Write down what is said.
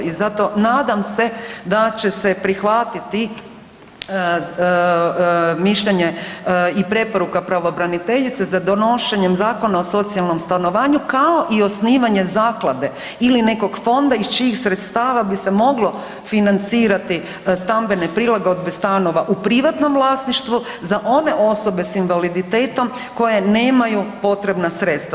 I zato nadam se da će se prihvatiti mišljenje i preporuka pravobraniteljice za donošenjem Zakona o socijalnom stanovanju kao i osnivanje zaklade ili nekog fonda iz čijih sredstava bi se moglo financirati stambene prilagodbe stanova u privatnom vlasništvu za one osobe s invaliditetom koje nemaju potrebna sredstva.